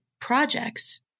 projects